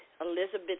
Elizabeth